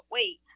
Wait